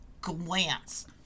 glance